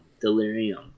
delirium